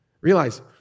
Realize